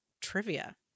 trivia